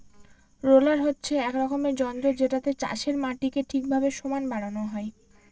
roller হচ্ছে এক রকমের যন্ত্র যেটাতে চাষের মাটিকে ঠিকভাবে সমান বানানো হয়